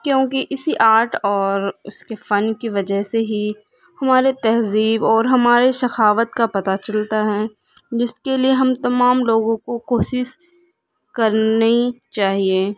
کیونکہ اسی آرٹ اور اس کے فن کی وجہ سے ہی ہمارے تہذیب اور ہمارے سخاوت کا پتہ چلتا ہیں جس کے ہم تمام لوگوں کو کوشش کرنی چاہییں